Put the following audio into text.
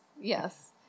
yes